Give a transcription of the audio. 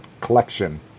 collection